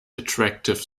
attractive